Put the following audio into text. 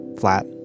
flat